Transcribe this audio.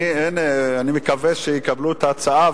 אני מקווה שיקבלו את ההצעה,